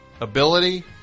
ability